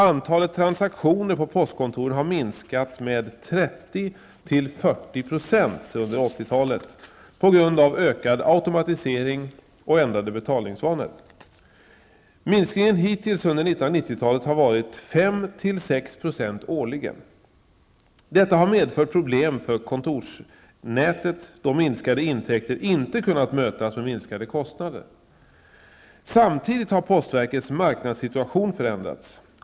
Antalet transaktioner på postkontoren har minskat med 30--40 % under 1980-talet på grund av ökad automatisering och ändrade betalningsvanor. Minskningen hittills under 1990-talet har varit 5-- 6 % årligen. Detta har medfört problem för kontorsnätet, då minskade intäkter inte kunnat mötas med minskade kostnader. Samtidigt har postverkets marknadssituation förändrats.